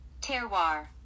Terroir